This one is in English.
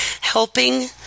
helping